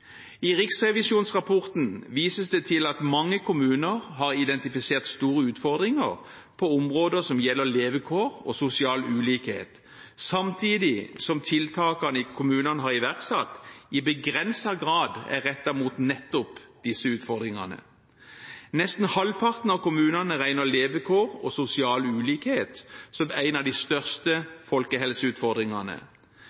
I riksrevisjonsrapporten vises det til at mange kommuner har identifisert store utfordringer på områder som gjelder levekår og sosial ulikhet, samtidig som tiltakene kommunen har iverksatt, i begrenset grad er rettet mot nettopp disse utfordringene. Nesten halvparten av kommunene regner levekår og sosial ulikhet som en av de største